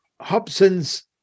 Hobson's